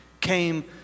came